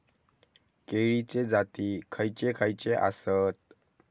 केळीचे जाती खयचे खयचे आसत?